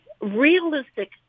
realistic